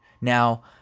now